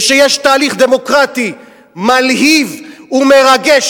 וכשיש תהליך דמוקרטי מלהיב ומרגש,